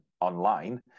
online